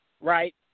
Right